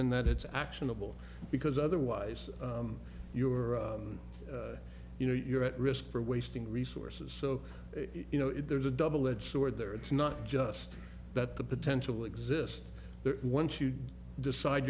and that it's actionable because otherwise you're you know you're at risk for wasting resources so you know if there's a double edged sword there it's not just that the potential exists once you decide